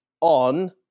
on